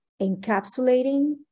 encapsulating